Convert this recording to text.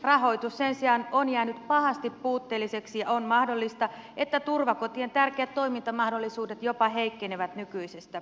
rahoitus sen sijaan on jäänyt pahasti puutteelliseksi ja on mahdollista että turvakotien tärkeät toimintamahdollisuudet jopa heikkenevät nykyisestä